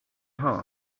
heart